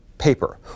paper